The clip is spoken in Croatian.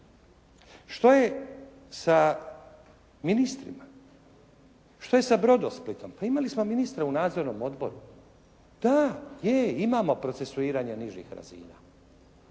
Što je sa ministrima? Što je sa Brodosplitom? Pa imali smo ministra u nadzornom odboru. Da, je. Imamo procesuiranje nižih razina.